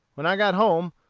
when i got home,